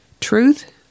Truth